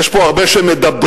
יש פה הרבה שמדברים,